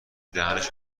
دهنش